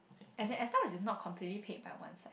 as in as long as it's not completely paid by one side